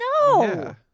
No